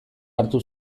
hartu